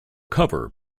cover